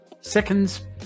seconds